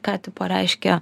ką tipo reiškia